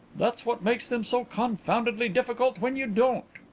that's what makes them so confoundedly difficult when you don't.